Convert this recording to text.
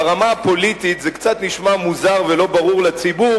ברמה הפוליטית זה קצת נשמע מוזר ולא ברור לציבור